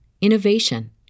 innovation